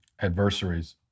adversaries